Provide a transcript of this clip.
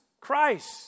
Christ